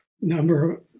number